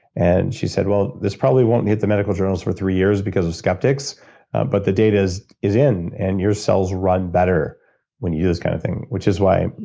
and she said, well this probably won't hit the medical journals for three years because of skeptics but the data is is in, and your cells run better when you do this kind of thing. which is why.